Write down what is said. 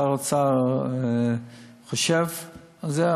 שר האוצר חושב על זה,